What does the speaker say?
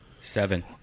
Seven